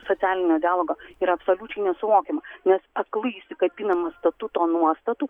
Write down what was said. socialinio dialogo yra absoliučiai nesuvokiama nes aklai įsikabinama statuto nuostatų